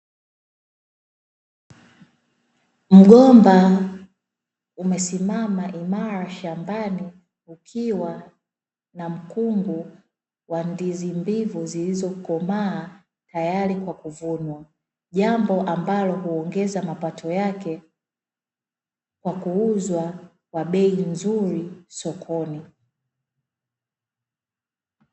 Mgomba umesimama imara shambani ukiwa na mkungu wa ndizi mbivu zilizokomaa tayari kwa kuvunwa. Jambo ambalo huongeza mapato yake kwa kuuzwa kwa bei nzuri sokoni.